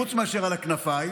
חוץ מאשר על הכנפיים,